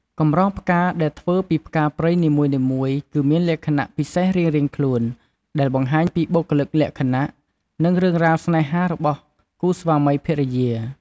កម្រងផ្កាដែលធ្វើពីផ្កាព្រៃនីមួយៗ គឺមានលក្ខណៈពិសេសរៀងៗខ្លួន ដែលបង្ហាញពីបុគ្គលិកលក្ខណៈ និងរឿងរ៉ាវស្នេហារបស់គូស្វាមីភរិយា។